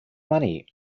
money